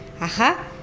Aha